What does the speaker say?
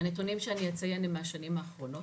הנתונים שאני אציין הן מהשנים האחרונות.